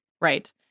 Right